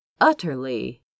utterly